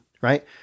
right